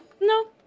No